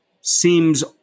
seems